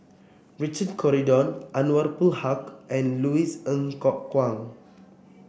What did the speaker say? Richard Corridon Anwarul Haque and Louis Ng Kok Kwang